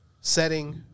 setting